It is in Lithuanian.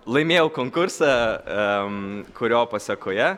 laimėjau konkursą kurio pasekoje